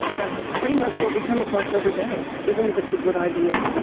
that's pretty much what we come across every day, even if it's a good idea.